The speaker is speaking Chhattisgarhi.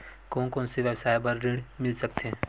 कोन कोन से व्यवसाय बर ऋण मिल सकथे?